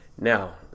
Now